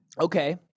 okay